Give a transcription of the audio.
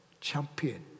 champion